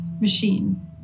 machine